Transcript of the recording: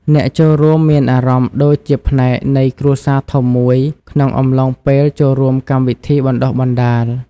អ្នកចូលរួមមានអារម្មណ៍ដូចជាផ្នែកនៃគ្រួសារធំមួយក្នុងអំឡុងពេលចូលរួមកម្មវិធីបណ្ដុះបណ្ដាល។